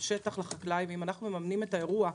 השטח לחקלאי ואנחנו מממנים את האירוע,